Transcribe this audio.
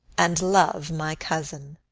and love my cousin.